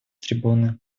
трибуны